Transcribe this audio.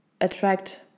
attract